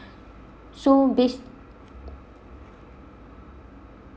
so bas~